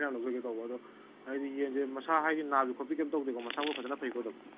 ꯈꯔ ꯌꯥꯝ ꯂꯧꯖꯒꯦ ꯇꯧꯕ ꯑꯗꯣ ꯍꯥꯏꯗꯤ ꯌꯦꯟꯁꯦ ꯃꯁꯥ ꯍꯥꯏꯗꯤ ꯅꯥꯕ ꯈꯣꯠꯄ ꯀꯔꯤꯝ ꯇꯧꯗꯦꯀꯣ ꯃꯁꯥ ꯃꯎ ꯐꯖꯅ ꯐꯩꯀꯣ ꯑꯗꯨꯝ